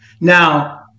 Now